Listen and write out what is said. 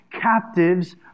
captives